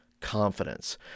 confidence